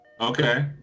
Okay